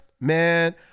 Man